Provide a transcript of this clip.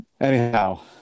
anyhow